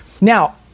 Now